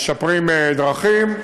משפרים דרכים,